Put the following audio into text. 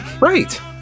Right